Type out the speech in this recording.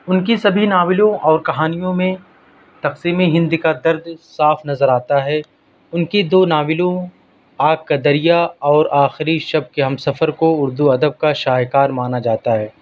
ان کی سبھی ناولوں اور کہانیوں میں تقسیم ہند کا درد صاف نظر آتا ہے ان کی دو ناولوں آگ کا دریا اور آخری شب کے ہم سفر کو اردو ادب کا شاہکار مانا جاتا ہے